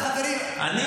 חברים, אם